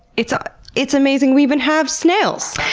it's ah it's amazing we even have snails.